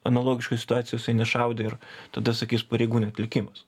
analogiškoj situacijoj jisai nešaudė ir tada sakys pareigų neatlikimas